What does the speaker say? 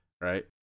right